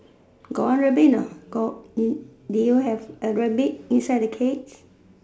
got one rabbit not got did did you have a rabbit inside the cage